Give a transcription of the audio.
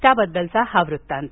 त्याबद्दलचा हा वृत्तांत